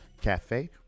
cafe